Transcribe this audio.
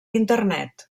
internet